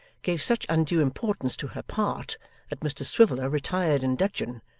gave such undue importance to her part that mr swiviller retired in dudgeon,